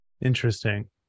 Interesting